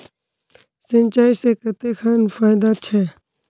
सिंचाई से कते खान फायदा छै?